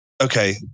Okay